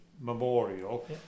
memorial